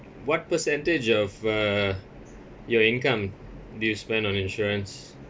what percentage of uh your income do you spend on insurance